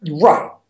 right